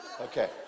Okay